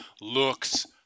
looks